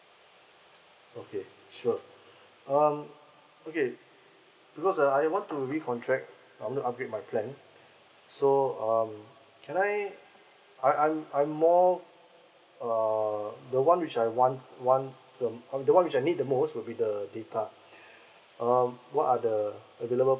okay sure um okay because uh I want to recontract I'm going to upgrade my plan so um can I I I'm I'm more uh the one which I want want the um the one that I need the most would be the data um what are the available